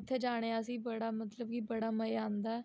उत्थे जाने गी असें गी बड़ा मतलब कि बड़ा मज़ा आंदा